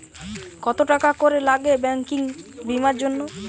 কত টাকা করে লাগে ব্যাঙ্কিং বিমার জন্য?